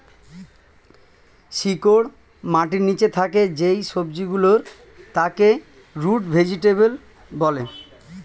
শিকড় মাটির নিচে থাকে যেই সবজি গুলোর তাকে রুট ভেজিটেবল বলে